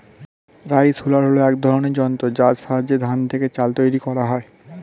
rice huller হল এক ধরনের যন্ত্র যার সাহায্যে ধান থেকে চাল তৈরি করা হয়